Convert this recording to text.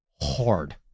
hard